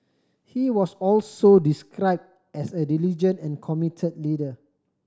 he was also describe as a diligent and commit leader